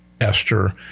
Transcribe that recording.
Esther